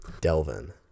Delvin